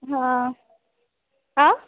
हां आं